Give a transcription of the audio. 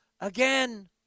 again